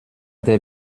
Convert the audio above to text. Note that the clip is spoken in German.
der